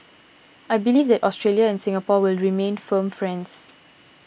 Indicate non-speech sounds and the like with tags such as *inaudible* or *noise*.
I believe that *noise* Australia and Singapore will remain firm friends